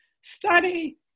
study